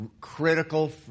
critical